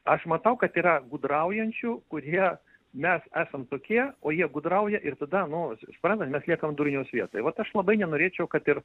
aš matau kad yra gudraujančių kurie mes esam tokie o jie gudrauja ir tada nu suprantat mes liekam durniaus vietoj vat aš labai nenorėčiau kad ir